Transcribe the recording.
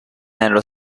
nello